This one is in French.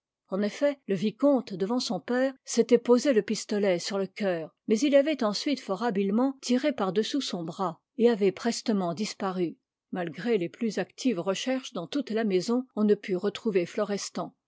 en effet le vicomte devant son père s'était posé le pistolet sur le coeur mais il avait ensuite fort habilement tiré par-dessous son bras et avait prestement disparu malgré les plus actives recherches dans toute la maison on ne put retrouver florestan